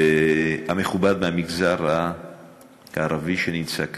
והמכובד מהמגזר הערבי שנמצא כאן,